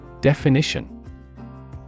Definition